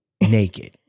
Naked